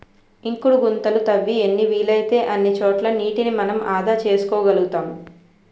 ఇంకుడు గుంతలు తవ్వి ఎన్ని వీలైతే అన్ని చోట్ల నీటిని మనం ఆదా చేసుకోగలుతాం